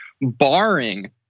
barring